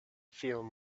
feeling